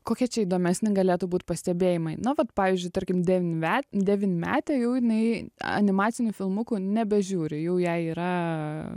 kokie čia įdomesni galėtų būt pastebėjimai na vat pavyzdžiui tarkim devynme devynmetę jau jinai animacinių filmukų nebežiūri jau jai yra